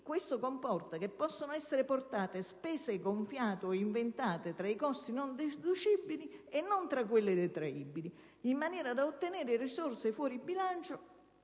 Questo comporta che possono essere portate spese gonfiate o inventate tra i costi non deducibili e non tra quelli detraibili, in maniera da ottenere risorse fuori bilancio